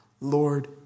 Lord